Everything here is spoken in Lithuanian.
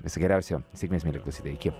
viso geriausio sėkmės mieli klausytojai iki